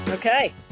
Okay